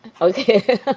okay